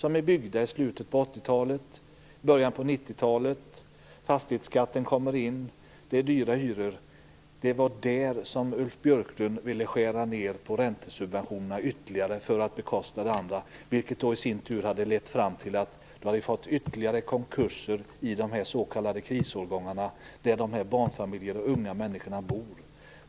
De är byggda i slutet på 80-talet och i början på 90-talet. Fastighetsskatten har kommit in, och hyrorna är dyra. Det var just för dessa bostäder som Ulf Björklund ytterligare ville skära ned på räntesubventionerna för att bekosta det andra. Det skulle i sin tur ha lett fram till ytterligare konkurser i dessa s.k. krisårgångar, där barnfamiljerna och de unga människorna bor.